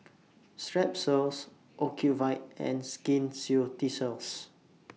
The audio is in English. Strepsils Ocuvite and Skin Ceuticals